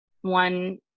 one